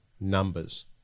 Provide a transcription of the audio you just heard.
numbers